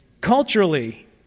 culturally